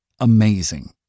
amazing